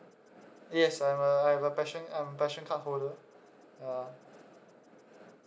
yes I'm a I have a passion I'm a passion card holder ya